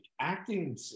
acting